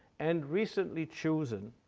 and recently chosen